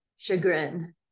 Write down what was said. chagrin